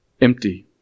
empty